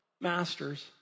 Masters